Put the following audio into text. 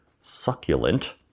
succulent